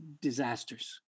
disasters